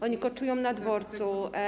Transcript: Oni koczują na dworcu.